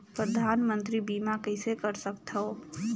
परधानमंतरी बीमा कइसे कर सकथव?